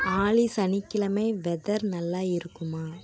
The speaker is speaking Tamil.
ஆலி சனிக்கிழமை வெதர் நல்லா இருக்குமா